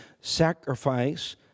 sacrifice